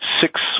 Six